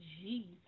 jesus